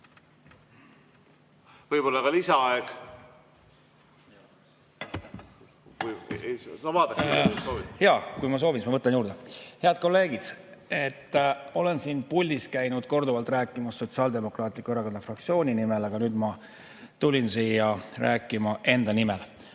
kõnetooli Kalvi Kõva. Võib-olla ka lisaaeg? Vaadake, kuidas soovite. Jaa, kui ma soovin, siis ma võtan juurde. Head kolleegid! Olen siin puldis käinud korduvalt rääkimas Sotsiaaldemokraatliku Erakonna fraktsiooni nimel, aga nüüd ma tulin siia rääkima enda nimel.